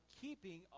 keeping